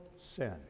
sin